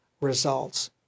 results